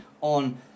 on